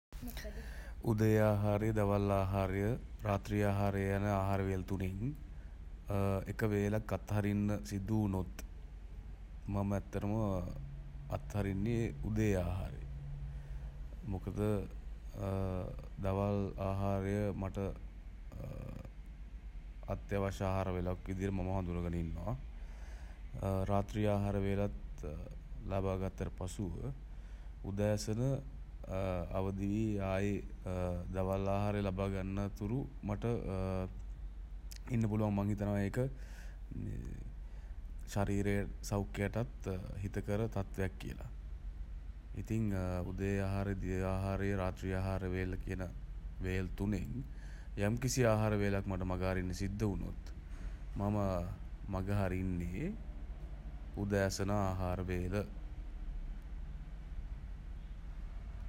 උදේ ආහාරය දවල් ආහාරය රාත්‍රී ආහාරය යන ආහාර වේල් තුනෙන් එක වේලක් අත්හරින්න සිදුවුණොත් මම ඇත්තටම අත්හරින්නේ උදේ ආහාරය. මොකද දවල් ආහාරය මට අත්‍යවශ්‍ය ආහාර වේලක් විදිහට මම හඳුනාගෙන ඉන්නවා. රාත්‍රී ආහාර වේලත් ලබා ගත්තට පසුව උදෑසන අවදි වී ආයේ දවල් ආහාරය ලබාගන්නා තුරු මට ඉන්න පුළුවන්. මං හිතනවා ඒක ශරීරය සෞඛ්‍යයටත් හිතකර තත්වයක් කියලා. ඉතින් උදේ ආහාරය දිවා ආහාරය රාත්‍රී ආහාර වේල කියන වේල් තුනෙන් යම්කිසි ආහාර වේලක් මට මග අරින්න සිද්ද වුණොත් මම මඟහරින්නේ උදෑසන ආහාර වේල.